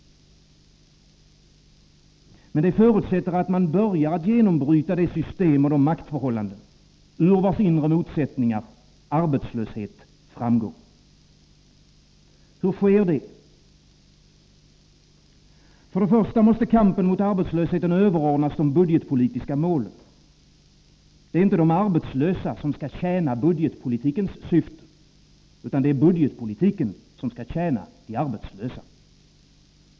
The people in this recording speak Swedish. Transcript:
Men det förutsätter att man börjar genombryta det system och de maktförhållanden ur vars inre motsättningar arbetslösheten uppkommer. Hur sker det? För det första måste kampen mot arbetslösheten överordnas de budgetpolitiska målen. Det är inte de arbetslösa som skall tjäna budgetpolitikens syften. Det är budgetpolitiken som skall tjäna de arbetslösa.